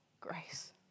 grace